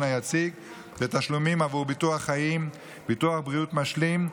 היציג ותשלומים עבור ביטוח חיים וביטוח בריאות משלים,